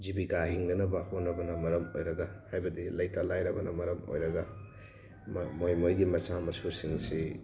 ꯖꯤꯕꯤꯀꯥ ꯍꯤꯡꯅꯅꯕ ꯍꯣꯠꯅꯕꯅ ꯃꯔꯝ ꯑꯣꯏꯔꯒ ꯍꯥꯏꯕꯗꯤ ꯂꯩꯇ ꯂꯥꯏꯔꯕꯅ ꯃꯔꯝ ꯑꯣꯏꯔꯒ ꯃꯣꯏ ꯃꯣꯏꯒꯤ ꯃꯆꯥ ꯃꯁꯨꯁꯤꯡꯁꯤ